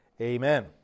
Amen